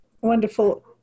Wonderful